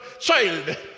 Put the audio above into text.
child